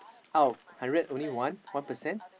out of hundred only one one percent